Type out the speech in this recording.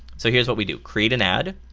so here is what we do. create an ad